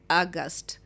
august